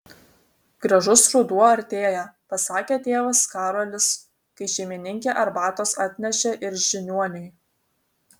gražus ruduo artėja pasakė tėvas karolis kai šeimininkė arbatos atnešė ir žiniuoniui